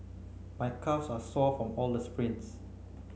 my calves are sore from all the sprints